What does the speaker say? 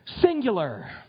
singular